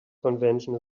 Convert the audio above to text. convention